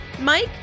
mike